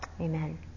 Amen